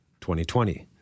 2020